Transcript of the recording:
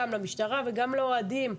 גם למשטרה וגם לאוהדים.